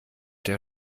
der